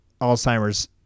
Alzheimer's